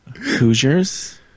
Hoosiers